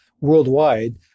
worldwide